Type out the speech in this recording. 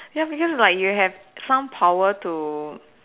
ya because like you have some power to